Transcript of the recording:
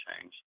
change